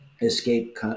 escape